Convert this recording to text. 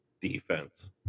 Defense